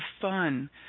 fun